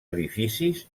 edificis